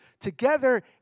together